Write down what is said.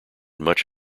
much